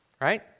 right